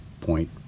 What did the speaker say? point